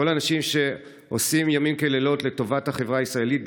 כל האנשים שעושים לילות כימים לטובת החברה הישראלית,